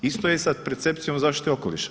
Isto je sa percepcijom zaštite okoliša.